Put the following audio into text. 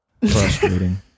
Frustrating